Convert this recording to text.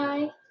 Bye